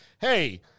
hey